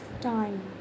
time